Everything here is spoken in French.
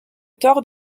tort